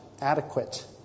adequate